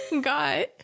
got